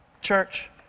Church